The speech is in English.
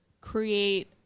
create